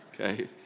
okay